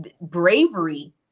bravery